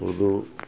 Urdu